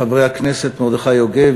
חברי הכנסת מרדכי יוגב,